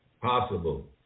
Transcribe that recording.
possible